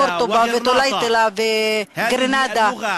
וקורדובה, וטוליטולה וגרנדה.